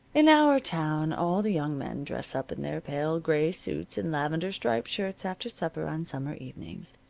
in our town all the young men dress up in their pale gray suits and lavender-striped shirts after supper on summer evenings.